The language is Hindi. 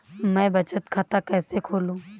मैं बचत खाता कैसे खोलूं?